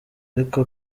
ariko